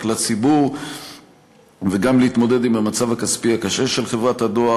לציבור וגם להתמודד עם מצבה הכספי הקשה של חברת הדואר.